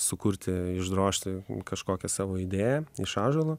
sukurti išdrožti kažkokią savo idėją iš ąžuolo